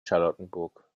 charlottenburg